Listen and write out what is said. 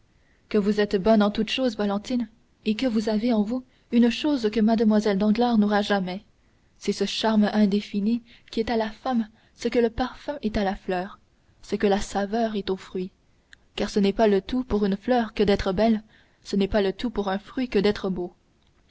que vous êtes bonne en toutes choses valentine et que vous avez en vous une chose que mlle danglars n'aura jamais c'est ce charme indéfini qui est à la femme ce que le parfum est à la fleur ce que la saveur est au fruit car ce n'est pas le tout pour une fleur que d'être belle ce n'est pas le tout pour un fruit que d'être beau